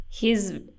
hes